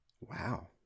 Wow